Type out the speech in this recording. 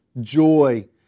Joy